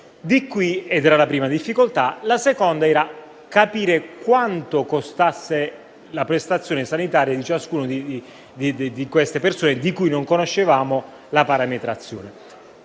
La seconda era, invece, capire quanto costasse la prestazione sanitaria per ciascuna di queste persone, di cui non conoscevamo la parametrazione.